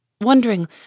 wondering